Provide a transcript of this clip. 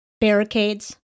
barricades